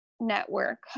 network